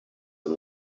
and